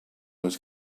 was